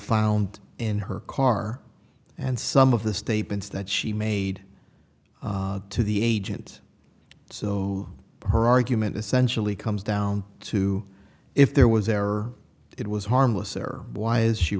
found in her car and some of the statements that she made to the agent so her argument essentially comes down to if there was error it was harmless error why is she